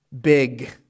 big